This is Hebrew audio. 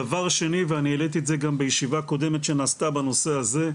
דבר שני ואני העליתי את זה גם בישיבה קודמת שנעשתה בנושא הזה,